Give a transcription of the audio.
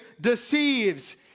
deceives